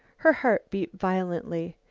her heart beat violently.